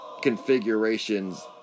configurations